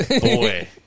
boy